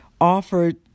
offered